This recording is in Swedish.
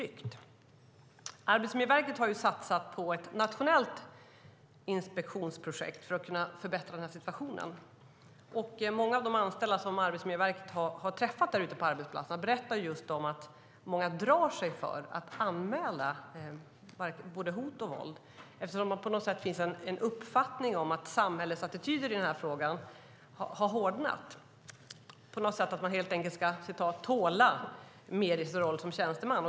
Arbetsmiljöverket har satsat på ett nationellt inspektionsprojekt för att förbättra situationen, och många av de anställda som Arbetsmiljöverket har träffat ute på arbetsplatserna berättar just att många drar sig för att anmäla både hot och våld. Det finns nämligen en uppfattning om att samhällets attityd i frågan har hårdnat - man ska på något sätt helt enkelt "tåla" mer i sin roll som tjänsteman.